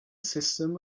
system